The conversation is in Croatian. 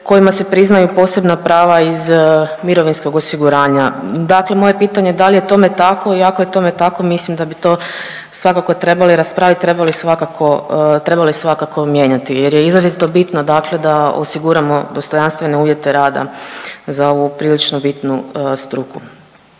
kojima se priznaju posebna prava iz mirovinskog osiguranja. Dakle moje pitanje je dal je tome tako i ako je tome tako mislim da bi to svakako trebali raspravit i trebali svakako, trebali svakako mijenjati jer je izrazito bitno dakle da osiguramo dostojanstvene uvjete rada za ovu prilično bitnu struku.